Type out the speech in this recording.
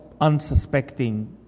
unsuspecting